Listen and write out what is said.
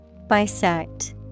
Bisect